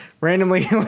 randomly